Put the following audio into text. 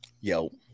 yo